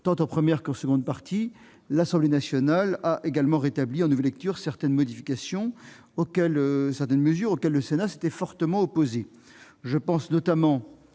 tant en première qu'en seconde partie, l'Assemblée nationale ait rétabli, en nouvelle lecture, certaines dispositions auxquelles le Sénat s'était fortement opposé.